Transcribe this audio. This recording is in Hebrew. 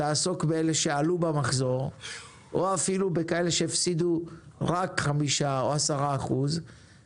תעסוק באלה שעלו במחזור או אפילו בכאלה שהפסידו רק חמישה או 10 אחוז,